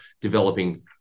developing